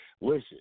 Listen